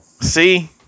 See